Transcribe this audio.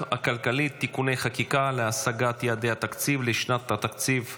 הכלכלית (תיקוני חקיקה להשגת יעדי התקציב לשנת התקציב 2025)